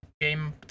game